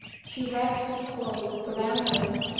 she wrapped her cloak around her,